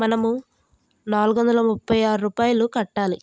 మనము నాలుగు వందల ముఫై ఆరు రూపాయలు కట్టాలి